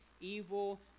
evil